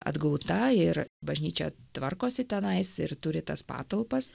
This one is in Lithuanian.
atgauta ir bažnyčia tvarkosi tenais ir turi tas patalpas